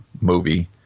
movie